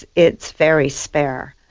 it's very spare.